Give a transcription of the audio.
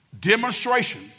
Demonstration